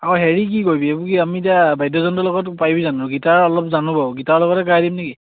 অঁ হেৰি কি কৰিবি এই কি আমি এতিয়া বাদ্যযন্ত্ৰৰ লগত পাৰি জানো গিটাৰ অলপ জানো বাৰু গিটাৰ লগতে গাই দিমনে কি